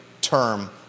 term